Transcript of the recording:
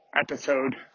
episode